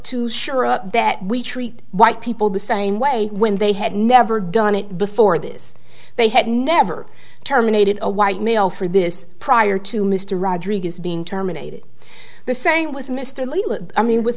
too shura that we treat white people the same way when they had never done it before this they had never terminated a white male for this prior to mr rodriguez being terminated the same with mr liebeler i mean with